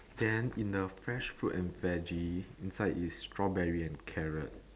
then in the fresh fruit and veggie inside is strawberry and carrot